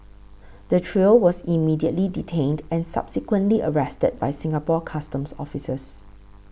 the trio was immediately detained and subsequently arrested by Singapore Customs Officers